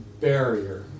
barrier